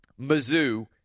Mizzou